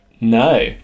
No